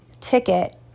ticket